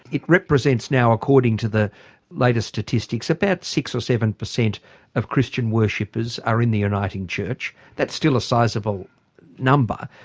it represents now according to the latest statistics about six or seven per cent of christian worshippers are in the uniting church. that's still a sizeable number,